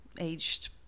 aged